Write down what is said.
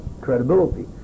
credibility